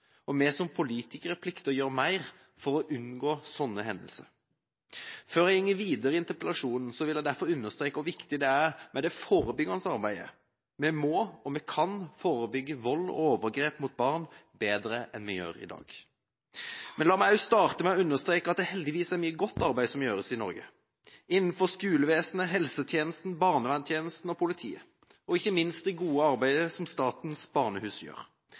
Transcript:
og vi som politikere plikter å gjøre mer for å unngå sånne hendelser. Før jeg går videre i interpellasjonen, vil jeg derfor understreke hvor viktig det er med det forebyggende arbeidet. Vi må og vi kan forebygge vold og overgrep mot barn bedre enn vi gjør i dag! Men la meg også starte med å understreke at det heldigvis er mye godt arbeid som gjøres i Norge, innenfor skolevesenet, helsetjenesten, barneverntjenesten og politiet. Ikke minst gjør Statens barnehus